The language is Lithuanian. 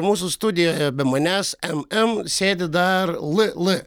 mūsų studijoje be manęs mm sėdi dar ll